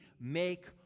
make